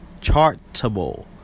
Chartable